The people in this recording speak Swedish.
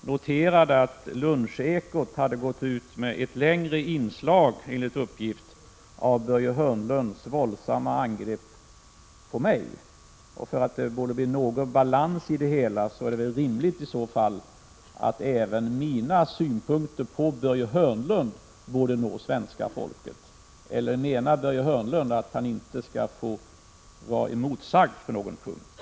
noterade att Lunchekot enligt uppgift hade gått ut med ett längre inslag om Börje Hörnlunds våldsamma angrepp på mig. För att få någon balans i det hela är det rimligt att även mina synpunkter på Börje Hörnlund får nå svenska folket. Eller menar Börje Hörnlund att han inte skall få bli emotsagd på någon punkt?